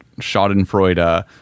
Schadenfreude